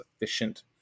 efficient